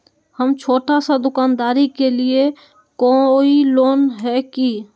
हम छोटा सा दुकानदारी के लिए कोई लोन है कि?